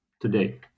today